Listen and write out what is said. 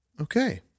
Okay